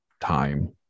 time